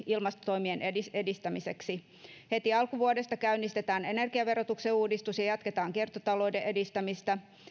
ilmastotoimien edistämiseksi heti alkuvuodesta käynnistetään energiaverotuksen uudistus ja jatketaan kiertotalouden edistämistä